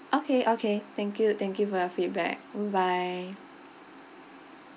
okay okay thank you thank you for your feedback mm bye